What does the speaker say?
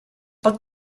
pot